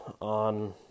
on